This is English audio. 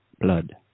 blood